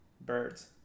birds